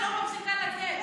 ואני לא רוצה משרד בתוך משרד,